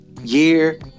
year